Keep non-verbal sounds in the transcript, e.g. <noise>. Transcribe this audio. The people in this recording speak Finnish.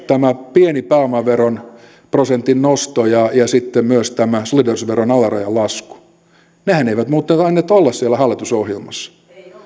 <unintelligible> tämä pieni pääomaveron prosentin nosto ja ja sitten myös tämä solidaarisuusveron alarajan lasku nehän eivät muuten tainneet olla siellä hallitusohjelmassa